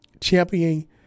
championing